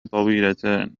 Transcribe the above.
طويلتان